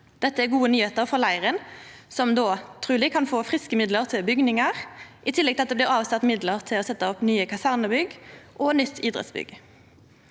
Dette er gode nyheiter for leiren, som då truleg kan få friske midlar til bygningar, i tillegg til at det blir avsett midlar til å setja opp nye kasernebygg og nytt idrettsbygg.